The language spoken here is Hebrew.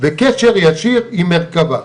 וקשר ישיר עם מרכבה.